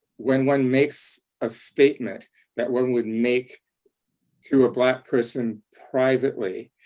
when one makes a statement that one would make to a black person privately,